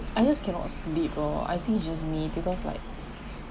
I just cannot sleep lor I think it just me because like